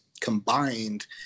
combined